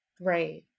Right